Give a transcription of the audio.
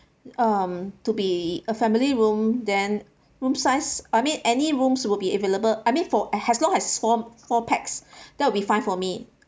um to be a family room then room size I mean any rooms will be available I mean for as long as four four pax that will be fine for me